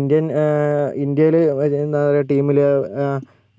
Indian ഇന്ത്യയിൽ എന്താ പറയാ ടീമിൽ